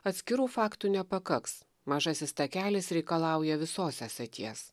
atskirų faktų nepakaks mažasis takelis reikalauja visos esaties